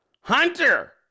Hunter